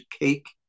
cake